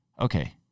okay